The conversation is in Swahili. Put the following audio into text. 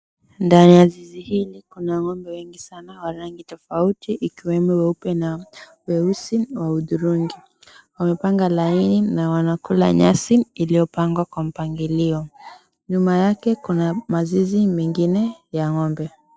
Ndani ya zizi hili kuna ng'ombe wengi sana wa rangi tofauti ikiwemo weupe na weusi wa hudhurungi. Wamepanga laini na wanakula nyasi iliyopangwa kwa mpangilio. Nyuma yake kuna mazizi mengine ya ng'ombe.